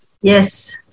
Yes